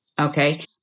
okay